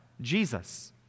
Jesus